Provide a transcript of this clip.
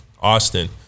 Austin